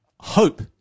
hope